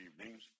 evenings